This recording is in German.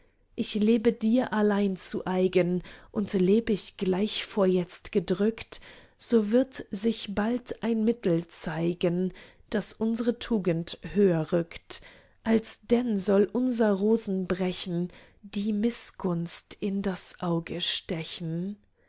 ich lebe dir allein zu eigen und leb ich gleich vorjetzt gedrückt so wird sich bald ein mittel zeigen das unsre tugend höher rückt alsdenn soll unser rosenbrechen die mißgunst in das auge stechen